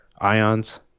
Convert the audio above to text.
ions